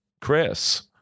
chris